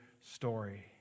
story